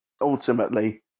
ultimately